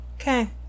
Okay